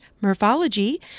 morphology